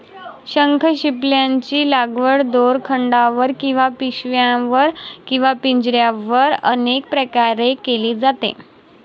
शंखशिंपल्यांची लागवड दोरखंडावर किंवा पिशव्यांवर किंवा पिंजऱ्यांवर अनेक प्रकारे केली जाते